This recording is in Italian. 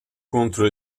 contro